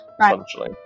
essentially